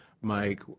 Mike